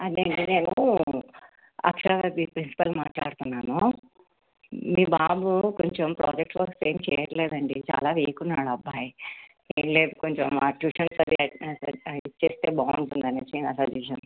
అంటే నేను అక్షర ప్రిన్సిపల్ మాట్లాడుతున్నాను మీ బాబు కొంచెం ప్రాజెక్ట్ వర్క్స్ ఏమి చేయట్లేదు అండి చాలా వీక్ ఉన్నాడు అబ్బాయి ఏమి లేదు కొంచెం మా ట్యూషన్లో చేస్తే బాగుంటుంది అని నా సజెషన్